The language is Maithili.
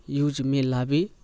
यूजमे लाबी